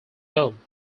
home